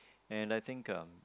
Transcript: and I think um